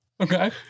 Okay